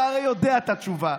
אתה הרי יודע את התשובה.